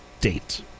date